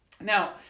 Now